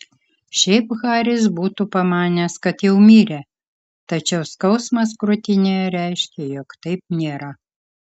šiaip haris būtų pamanęs kad jau mirė tačiau skausmas krūtinėje reiškė jog taip nėra